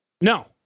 No